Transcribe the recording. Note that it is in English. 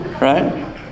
Right